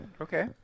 okay